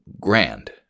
grand